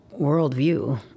worldview